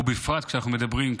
ובפרט כשאנחנו מדברים,